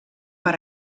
per